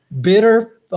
bitter